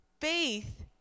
Faith